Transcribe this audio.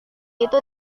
itu